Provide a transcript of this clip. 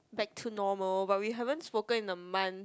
back to normal but we haven't spoken in a month